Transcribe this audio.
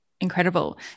incredible